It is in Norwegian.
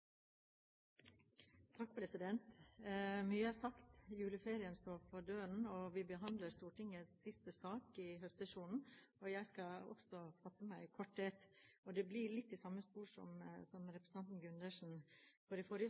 sagt, juleferien står for døren, og vi behandler Stortingets siste sak i høstsesjonen. Også jeg skal fatte meg i korthet. Det blir litt i samme spor som representanten Gundersen. Som i forrige